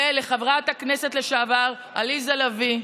ולחברת הכנסת לשעבר עליזה לביא,